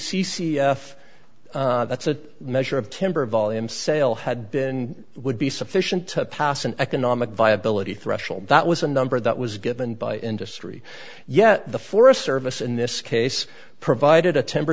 f that's a measure of timber a volume sale had been would be sufficient to pass an economic viability threshold that was a number that was given by industry yet the forest service in this case provided a temper